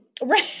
Right